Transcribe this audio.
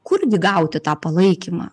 kurgi gauti tą palaikymą